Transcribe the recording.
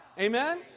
amen